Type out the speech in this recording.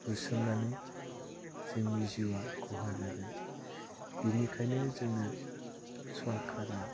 बुसोमनानै जोंनि जिउआ खहा जागोन बिनिखायनो जोंनो सरखारा